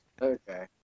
Okay